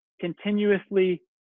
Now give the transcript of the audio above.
continuously